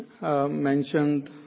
mentioned